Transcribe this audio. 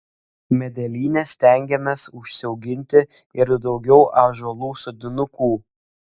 medelyne stengiamės užsiauginti ir daugiau ąžuolų sodinukų